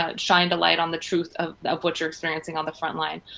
ah shined a light on the truth of what your expensing on the frontline.